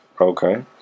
Okay